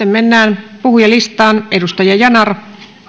mennään puhujalistaan